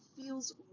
feels